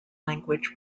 language